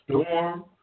Storm